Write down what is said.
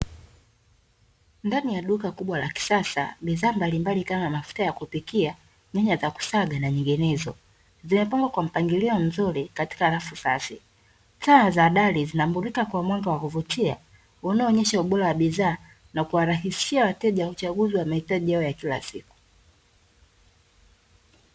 Ndani ya duka kubwa la kisasa bidhaa mbalimbali kama mafuta ya kupuikia na nyanya za kusanga na nyinginezo, zimepangwa kwa mpangilio mzuri katika rafu safi. Taa za dari zinamulika kwa mwanga wa kuvutia unaoonesha ubora wa bidhaa na kuwarahisishia wateja uchaguzi wa mahitaji yao ya kila siku.